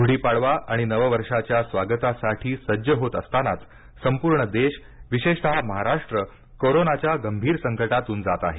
गुढी पाडवा आणि नववर्षाच्या स्वागतासाठी सज्ज होत असतानाच संपूर्ण देश विशेषतः महाराष्ट्र कोरोनाच्या गंभीर संकटातून जात आहे